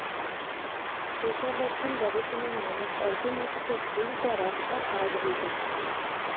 হিসাবরক্ষণ গবেষণায় মানুষ অর্থনীতিতে ডিল করা বা কাজ বোঝে